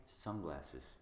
Sunglasses